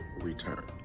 return